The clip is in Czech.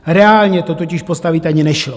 Reálně to totiž postavit ani nešlo.